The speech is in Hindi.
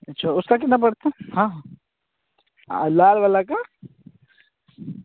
अच्छा उसका कितना पड़ता है हाँ लाल वाला का